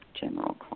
general